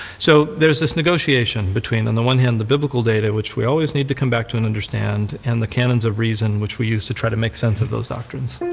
so, there's this negotiation between on the one hand, the biblical data, which we always need to come back to and understand, and the canons of reason, which we use to try to make sense of those doctrines.